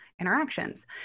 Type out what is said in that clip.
interactions